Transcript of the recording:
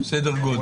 סדר גודל?